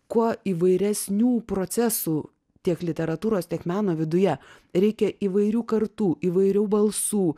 kuo įvairesnių procesų tiek literatūros tiek meno viduje reikia įvairių kartų įvairių balsų